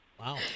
Wow